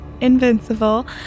invincible